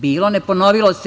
Bilo, ne ponovilo se.